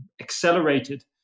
accelerated